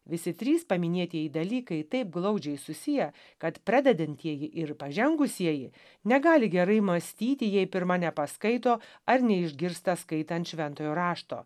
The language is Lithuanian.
visi trys paminėtieji dalykai taip glaudžiai susiję kad pradedantieji ir pažengusieji negali gerai mąstyti jei pirma nepaskaito ar neišgirsta skaitant šventojo rašto